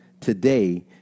today